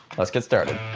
let's get started.